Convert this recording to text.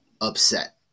upset